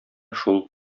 шул